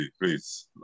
please